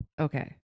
okay